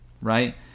right